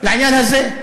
לעניין הזה,